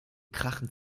krachend